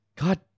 God